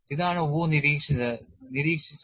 ഇതാണ് Wu നിരീക്ഷിച്ചത്